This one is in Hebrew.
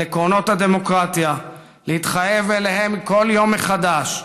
על עקרונות הדמוקרטיה, להתחייב אליהם כל יום מחדש,